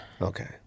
Okay